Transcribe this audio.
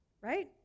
right